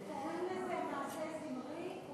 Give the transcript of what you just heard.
קוראים לזה: מעשה זמרי,